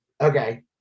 Okay